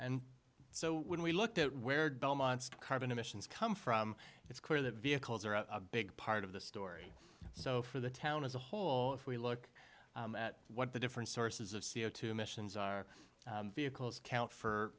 and so when we looked at where'd belmont's carbon emissions come from it's clear that vehicles are a big part of the story so for the town as a whole we look at what the different sources of c o two emissions are vehicles count for